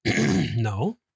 No